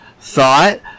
thought